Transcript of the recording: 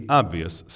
obvious